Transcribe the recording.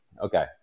Okay